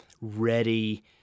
ready